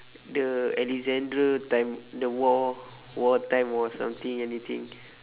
the alexander time the war war time war something anything